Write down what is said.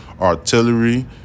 artillery